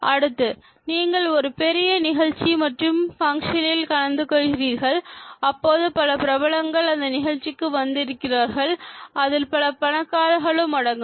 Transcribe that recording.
அடுத்தது நீங்கள் ஒரு பெரிய நிகழ்ச்சி மற்றும் பங்க்ஷனில் கலந்துகொள்கிறீர்கள் அப்பொழுது பல பிரபலங்கள் அந்த நிகழ்ச்சிக்கு வந்து இருக்கிறார்கள் அதில் பல பணக்காரர்களும் அடங்கும்